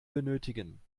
benötigen